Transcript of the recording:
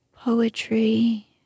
Poetry